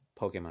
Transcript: Pokemon